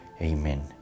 Amen